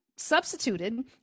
substituted